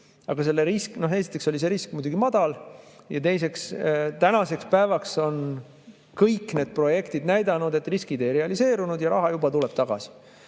võtsime riski. Esiteks oli see risk muidugi madal ja teiseks on tänaseks päevaks kõik need projektid näidanud, et riskid ei realiseerunud ja raha juba tuleb tagasi